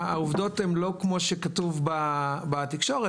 העובדות הן לא כמו שכתוב בתקשורת,